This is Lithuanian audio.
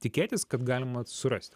tikėtis kad galima surasti